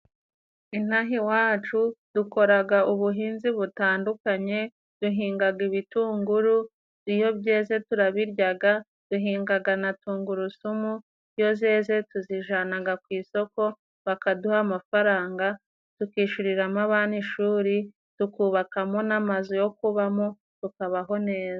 Intaha iwacu dukoraga ubuhinzi butandukanye, duhingaga ibitunguru iyo byeze turabiryaga, duhingaga na tungurusumu iyo zeze tuzijanaga ku isoko bakaduha amafaranga tukishuriramo abana ishuri, tukubakamo n'amazu yo kubamo, tukabaho neza.